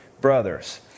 brothers